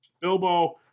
Bilbo